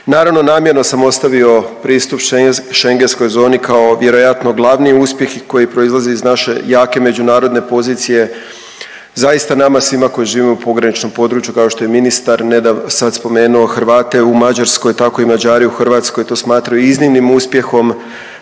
Naravno, namjerno sam ostavio pristup šengenskoj zoni kao vjerojatno glavni uspjeh koji proizlazi iz naše jake međunarodne pozicije zaista nama svima koji živimo u pograničnom području kao što je ministar nedavno sad spomenuo Hrvate u Mađarskoj, tako i Mađari u Hrvatskoj to smatraju iznimnim uspjehom,